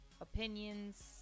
opinions